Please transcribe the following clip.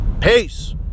Peace